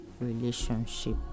relationship